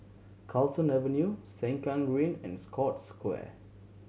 Carlton Avenue Sengkang Green and Scotts Square